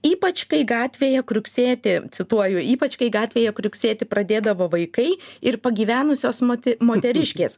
ypač kai gatvėje kriuksėti cituoju ypač kai gatvėje kriuksėti pradėdavo vaikai ir pagyvenusios moti moteriškės